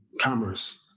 commerce